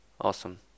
Awesome